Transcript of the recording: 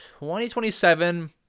2027